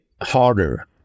harder